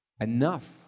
enough